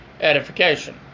edification